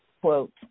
quote